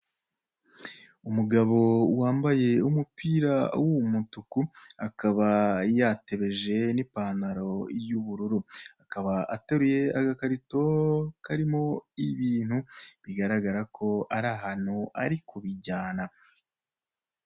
Umugabo wambaye umupira w'umutuku, akaba yatebeje n'ipantaro y'ubururu ,akaba ateruye agakarito karimo ibintu bigaragara ko arahantu ari kubijyana.